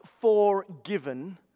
forgiven